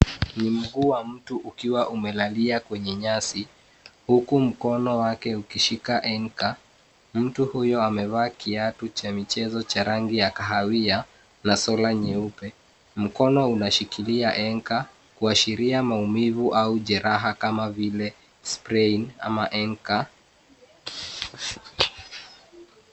Ni mguu wa mtu ukiwa umelalia kwenye nyasi huku mkono wake ushika enka. Mtu huyu amevaa kiatu cha michezo cha rangi ya kahawia na sola nyeupe. Mkono anashikilia enka kuashiria maumivu au jeraha kama vile sprain au enka.